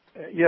Yes